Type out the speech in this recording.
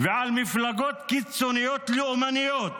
ועל מפלגות קיצוניות לאומניות